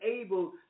able